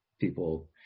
people